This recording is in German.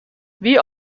wie